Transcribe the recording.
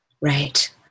Right